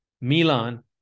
Milan